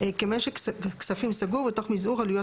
כמשק כספים סגור ותוך מזעור עלויות